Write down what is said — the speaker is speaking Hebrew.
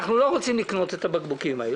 אנחנו לא רוצים לקנות את הבקבוקים האלה.